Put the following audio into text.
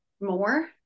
more